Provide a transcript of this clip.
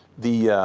the